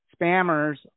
spammers